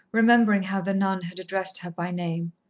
remembering how the nun had addressed her by-name.